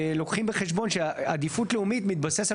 שלוקחים בחשבון שעדיפות לאומית מתבסס על